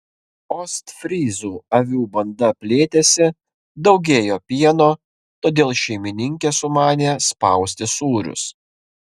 ostfryzų avių banda plėtėsi daugėjo pieno todėl šeimininkė sumanė spausti sūrius